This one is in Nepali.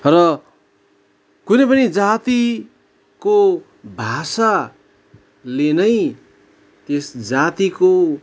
र कुनै पनि जातिको भाषाले नै त्यस जातिको